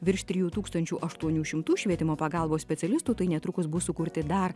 virš trijų tūkstančių aštuonių šimtų švietimo pagalbos specialistų tai netrukus bus sukurti dar